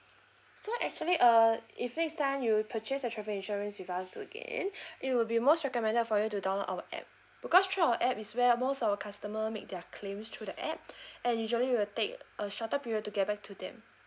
so actually uh if next time you purchase the travel insurance with us again it will be most recommended for you to download our app because through our app is where most of our customer make their claims through the app and usually will take a shorter period to get back to them